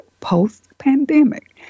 post-pandemic